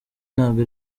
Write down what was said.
ntabwo